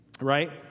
right